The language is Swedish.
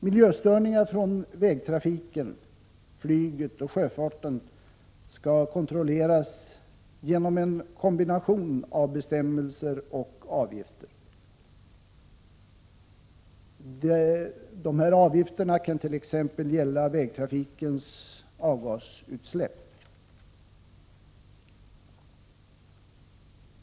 Miljöstörningar från vägtrafiken, flyget och sjöfarten skall kontrolleras genom en kombination av bestämmelser och avgifter. Dessa avgifter kan t.ex. gälla vägtrafikens avgasutsläpp.